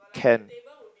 can